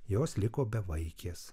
jos liko bevaikės